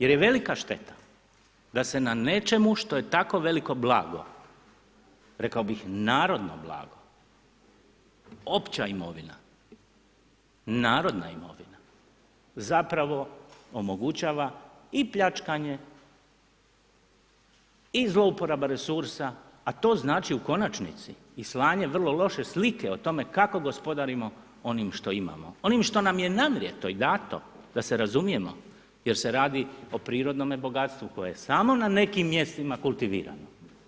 Jer je velika šteta da se na nečemu što je tako veliko blago, rekao bih narodno blago, opća imovina, narodna imovina, zapravo omogućava i pljačkanje i zlouporaba resursa, a to znači u konačnici i slanje vrlo loše slike o tome kako gospodarimo onim što imamo. onim što nam je namrjeto i dato da se razumijemo jer se radi o prirodnome bogatstvu koje je samo na nekim mjestima kultivirano.